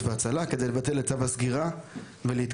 והצלה כדי לבטל את צו הסגירה ולהתקדם.